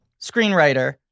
screenwriter